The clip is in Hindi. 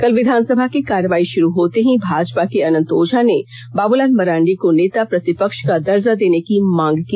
कल विधानसभा की कार्रवाई षुरू होते ही भाजपा के अनंत ओझा ने बाबूलाल मरांडी को नेता प्रतिपक्ष का दर्जा देने की मांग की